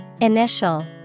Initial